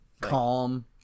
Calm